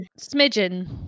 smidgen